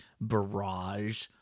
barrage